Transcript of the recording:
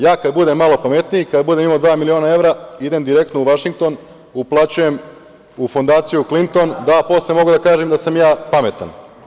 Ja kada budem malo pametniji, kada budem imao dva miliona evra, idem direktno u Vašington, uplaćujem u fondaciju Klinton, da posle mogu da kažem da sam i ja pametan.